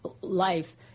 life